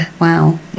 wow